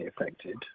affected